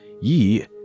ye